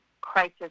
crisis